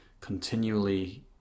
continually